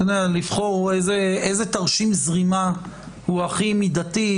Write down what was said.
לבחור איזה תרשים זרימה הוא הכי מידתי,